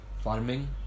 Farming